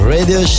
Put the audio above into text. Radio